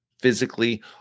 physically